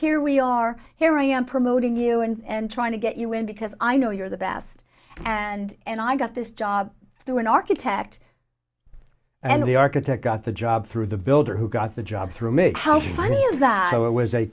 here we are here i am promoting you and trying to get you in because i know you're the best and and i got this job through an architect and the architect got the job through the builder who got the job through me how funny is that it was a